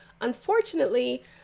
Unfortunately